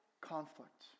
conflict